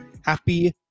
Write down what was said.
Happy